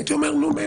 הייתי אומר מילא,